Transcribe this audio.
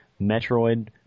Metroid